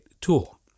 tool